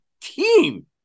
team